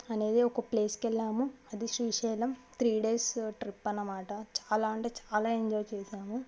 అనేది ఒక ప్లేస్ కు వెళ్ళాము అది శ్రీశైలం త్రీ డేస్ ట్రిప్ అన్నమాట చాలా అంటే చాలా ఎంజాయ్ చేశాము